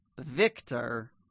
Victor-